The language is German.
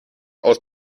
aus